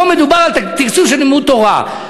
פה מדובר על תקצוב של לימוד תורה.